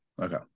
okay